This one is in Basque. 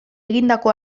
egindako